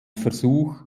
versuch